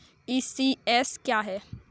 ECS क्या है?